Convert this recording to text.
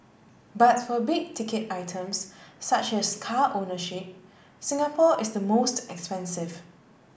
but for big ticket items such as car ownership Singapore is the most expensive